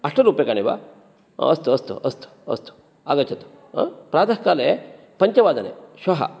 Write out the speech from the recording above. अष्टरूप्यकाणि वा अस्तु अस्तु अस्तु अस्तु आगच्छतु प्रातःकाले पञ्चवादने श्वः